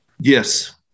Yes